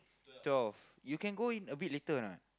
twelve you can go in a bit later or not